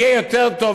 יהיה יותר טוב,